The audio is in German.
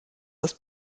das